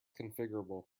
configurable